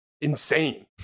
insane